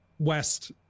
west